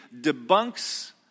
debunks